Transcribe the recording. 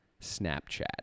Snapchat